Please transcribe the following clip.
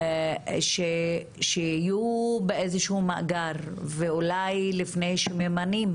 שיהיו באיזשהו מאגר, ואולי לפני שממנים